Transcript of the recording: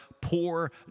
poor